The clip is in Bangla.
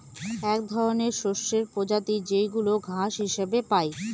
এক ধরনের শস্যের প্রজাতি যেইগুলা ঘাস হিসেবে পাই